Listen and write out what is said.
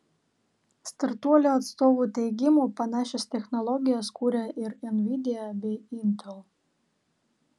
startuolio atstovų teigimu panašias technologijas kuria ir nvidia bei intel